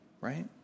Right